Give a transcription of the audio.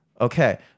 okay